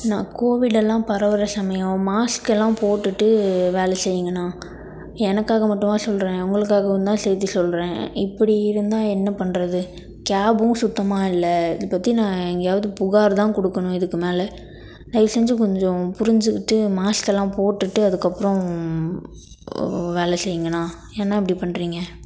அண்ணா covid எல்லாம் பரகிற சமயம் மாஸ்க்கெல்லாம் போட்டுவிட்டு வேலை செய்யுங்கண்ணா எனக்காக மட்டுமா சொல்கிறேன் உங்களுக்காகவும் தான் சேர்த்தி சொல்கிறேன் இப்படி இருந்தால் என்ன பண்ணுறது கேபும் சுத்தமாக இல்லை இதை பற்றி நான் எங்கேயாவது புகார் தான் கொடுக்கணும் இதுக்கு மேலே தயவு செஞ்சு கொஞ்சம் புரிஞ்சுகிட்டு மாஸ்க்கெல்லாம் போட்டுகிட்டு அதுக்கப்புறம் வேலை செய்யுங்கண்ணா ஏ அண்ணா இப்படி பண்ணுறீங்க